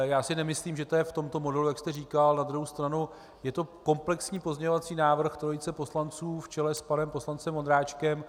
Já si nemyslím, že to je v tomto modelu, jak jste říkal, na druhou stranu je to komplexní pozměňovací návrh trojice poslanců v čele s panem poslancem Vondráčkem.